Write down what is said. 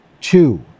two